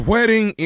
Wedding